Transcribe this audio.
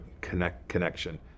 connection